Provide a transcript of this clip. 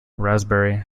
raspberry